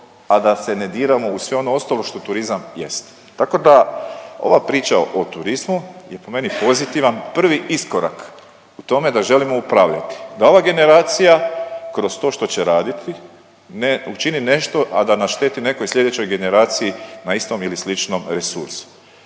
a da se ne diramo u sve ono ostalo što turizam jest. Tako da, ova priča o turizmu je po meni pozitivan prvi iskorak u tome da želimo upravljati, da ova generacija kroz to što će raditi ne učiniti nešto, a da našteti nekoj sljedećoj generaciji na istom ili sličnom resursu.